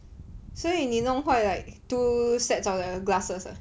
所以你弄坏 like two sets of the glasses ah